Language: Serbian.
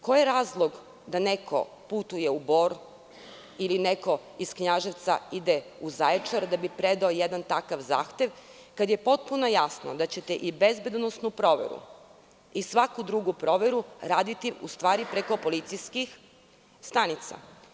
Koji je razlog da neko putuje u Bor ili da neko iz Knjaževca ide u Zaječar da bi predao jedan takav zahtev, kada je potpuno jasno da ćete i bezbednosnu proveru i svaku drugu proveru raditi u stvari preko policijskih stanica?